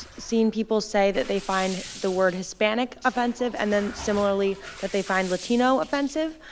seen people say that they find the word hispanic offensive, and then similarly that they find latino offensive.